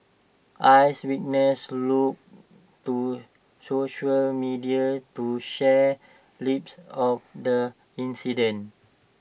eyewitnesses look to social media to share clips of the incident